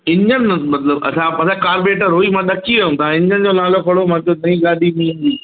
engine अथसि मतिलबु अच्छा अच्छा कार्बरेटर उहो ई मां ॾकी वियमि तव्हां इंजन जो नालो खणो मां चयो नईं गाॾी कीअं